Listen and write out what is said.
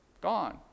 Gone